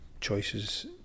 choices